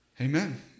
Amen